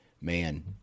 man